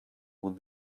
with